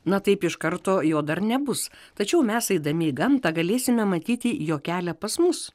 na taip iš karto jo dar nebus tačiau mes eidami į gamtą galėsime matyti jo kelią pas mus